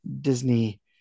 Disney